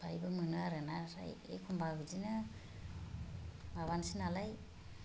बेवहायबो मोनो आरोना एसे एखम्बा बिदिनो माबानोसै नालाय